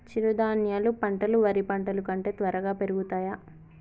చిరుధాన్యాలు పంటలు వరి పంటలు కంటే త్వరగా పెరుగుతయా?